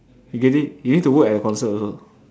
you get it you need to work at the concert also